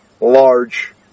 large